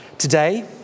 Today